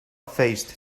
faced